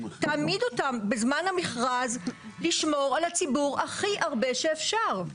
תעמיד אותן בזמן המכרז לשמור על הציבור הכי הרבה שאפשר.